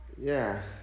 Yes